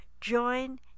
join